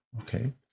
Okay